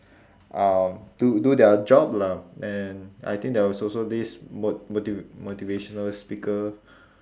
um do do their job lah and I think there was also this mo~ motiva~ motivational speaker